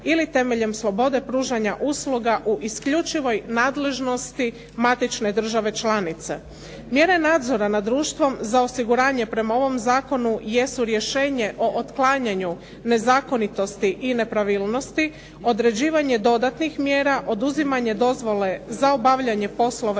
ili temeljem slobode pružanja usluga u isključivoj nadležnosti matične državne članice. Mjere nadzora nad društvom za osiguranje prema ovom zakonu jesu rješenje o otklanjanju nezakonitosti i nepravilnosti, određivanje dodatnih mjera, oduzimanje dozvole za obavljanje poslova